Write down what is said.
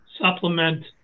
supplement